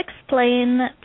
explain